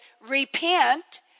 Repent